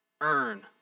earn